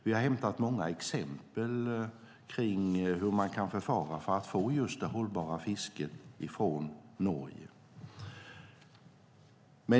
Vi har hämtat många exempel från Norge kring hur man kan förfara för att få just ett hållbart fiske.